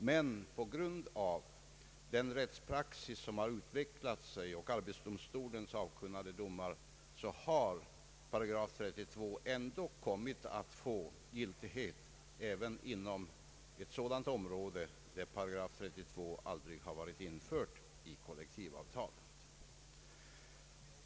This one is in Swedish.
Men på grund av den rättspraxis som har utvecklat sig och genom Arbetsdomstolens domar har 8 32 ändå kommit att få giltighet även på områden där 8 32 aldrig införts i kollektivavtalet.